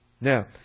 Now